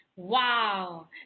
Wow